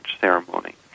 ceremony